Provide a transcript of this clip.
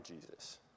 Jesus